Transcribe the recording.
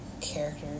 character